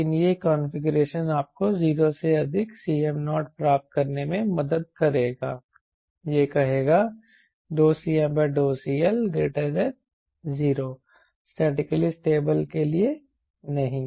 लेकिन यह कॉन्फ़िगरेशन आपको 0 से अधिक Cm0 प्राप्त करने में मदद करेगा यह कहेगा CmCL0 स्टैटिकली स्टेबल के लिए नहीं